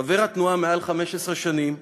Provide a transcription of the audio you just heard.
חבר התנועה מעל 15 שנים,